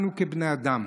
אנו כבני אדם,